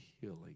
healing